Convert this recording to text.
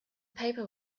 paper